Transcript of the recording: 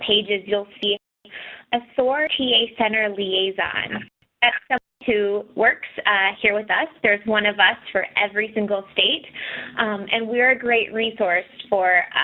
pages you'll see a sortier a a center liaison who works here with us. there's one of us for every single state and we are great resource for